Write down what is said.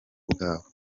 bwabo